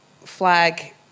flag